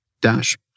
dash